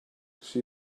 she